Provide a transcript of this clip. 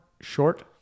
short